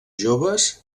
joves